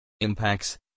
Impacts